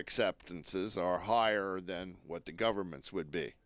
acceptances are higher than what the governments would be